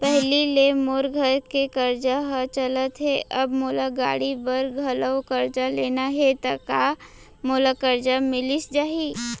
पहिली ले मोर घर के करजा ह चलत हे, अब मोला गाड़ी बर घलव करजा लेना हे ता का मोला करजा मिलिस जाही?